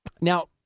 Now